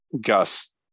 gus